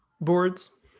boards